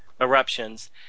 eruptions